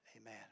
Amen